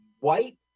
white